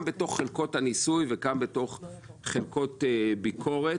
בתוך חלקות הניסוי וגם בתוך חלקות ביקורת.